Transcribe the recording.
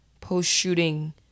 post-shooting